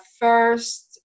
first